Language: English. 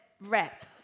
rep